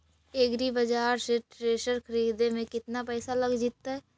एग्रिबाजार से थ्रेसर खरिदे में केतना पैसा लग जितै?